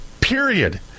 period